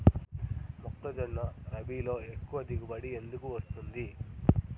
మొక్కజొన్న రబీలో ఎక్కువ దిగుబడి ఎందుకు వస్తుంది?